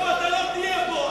אנחנו נתפכח ואתה לא תהיה פה,